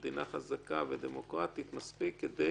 היא מדינה חזקה ודמוקרטית מספיק כדי